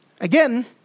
Again